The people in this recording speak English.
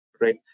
right